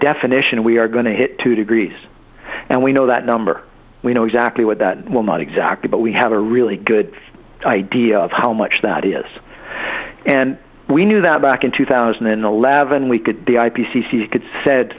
definition we are going to hit two degrees and we know that number we know exactly what that will not exactly but we have a really good idea of how much that is and we knew that back in two thousand and eleven we could the i p c c could said